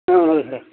ஆ சொல்லுங்கள் சார்